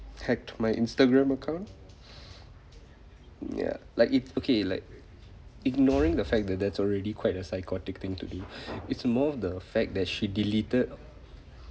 hacked my instagram account ya like it okay like ignoring the fact that that's already quite a psychotic thing to do it's more of the fact that she deleted